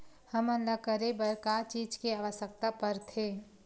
हमन ला करे बर का चीज के आवश्कता परथे?